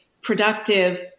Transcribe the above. productive